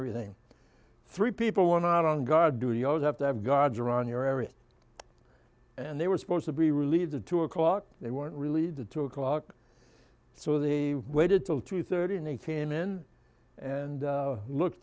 everything three people were not on guard duty or have to have guards around your area and they were supposed to be relieved at two o'clock they weren't really the two o'clock so they waited till two thirty and they came in and look